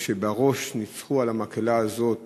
ובראש ניצחו על המקהלה הזאת,